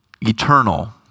eternal